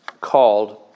called